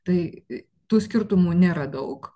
tai tų skirtumų nėra daug